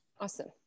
Awesome